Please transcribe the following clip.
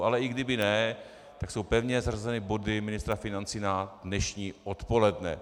Ale i kdyby ne, tak jsou pevně zařazeny body ministra financí na dnešní odpoledne.